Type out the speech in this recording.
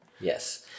Yes